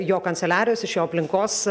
jo kanceliarijos iš jo aplinkos